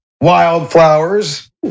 wildflowers